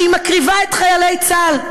שהיא מקריבה את חיילי צה"ל.